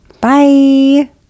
Bye